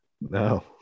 no